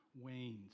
wanes